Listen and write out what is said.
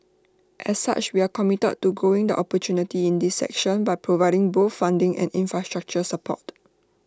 as such we are committed to growing the opportunities in this sector by providing both funding and infrastructure support